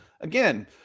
Again